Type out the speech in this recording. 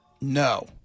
No